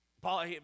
paul